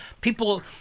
people